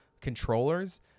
controllers